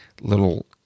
little